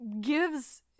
gives